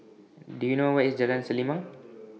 Do YOU know Where IS Jalan Selimang